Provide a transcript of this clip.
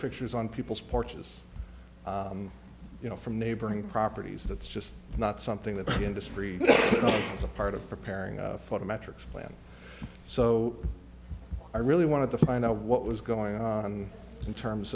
fixtures on people's porches you know from neighboring properties that's just not something that the industry is a part of preparing for the metrics planned so i really wanted to find out what was going on in terms